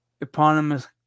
eponymous